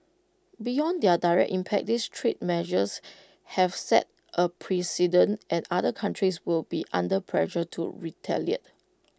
beyond their direct impact these trade measures have set A precedent and other countries will be under pressure to retaliate